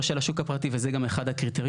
של השוק הפרטי וזה גם אחד הקריטריונים.